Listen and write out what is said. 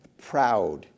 proud